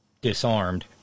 disarmed